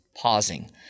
pausing